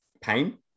pain